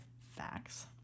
facts